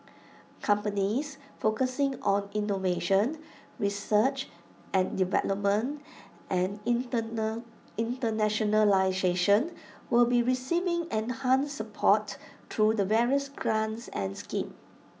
companies focusing on innovation research and development and internationalisation will be receiving enhanced support through the various grants and schemes